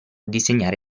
disegnare